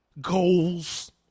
Goals